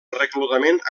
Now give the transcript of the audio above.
reclutament